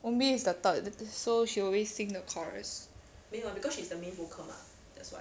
eun bi is the third so she will always sing the chorus